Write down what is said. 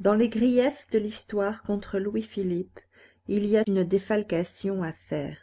dans les griefs de l'histoire contre louis-philippe il y a une défalcation à faire